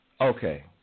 Okay